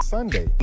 Sunday